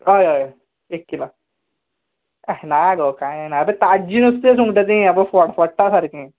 हय हय एक किलो येंह ना गो कांय ना आतां ताज्जें नुस्तें सुंगटां तीं एब फडफडटा सारकें